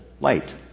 light